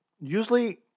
usually